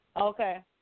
Okay